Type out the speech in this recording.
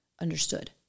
understood